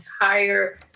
entire